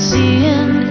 Seeing